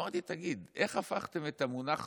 אמרתי: תגיד, איך הפכתם את המונח